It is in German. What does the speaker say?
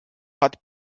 hat